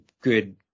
good